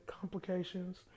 complications